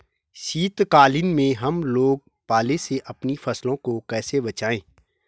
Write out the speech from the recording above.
शीतकालीन में हम लोग पाले से अपनी फसलों को कैसे बचाएं?